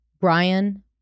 Brian